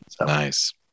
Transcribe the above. Nice